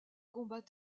combat